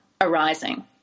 arising